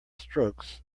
strokes